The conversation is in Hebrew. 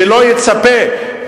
שלא יצפה,